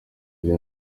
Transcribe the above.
rya